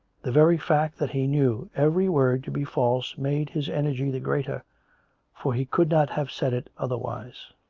the very fact that he knew every word to be false made his energy the greater for he could not have said it otherwise.